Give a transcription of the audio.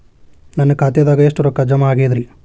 ನನ್ನ ಖಾತೆದಾಗ ಎಷ್ಟ ರೊಕ್ಕಾ ಜಮಾ ಆಗೇದ್ರಿ?